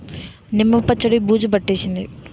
నిమ్మ పచ్చడి బూజు పట్టేసింది